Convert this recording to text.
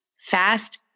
fast